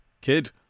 Kid